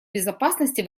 безопасности